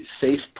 safe